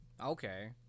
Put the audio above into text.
Okay